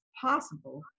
possible